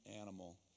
animal